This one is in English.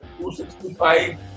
265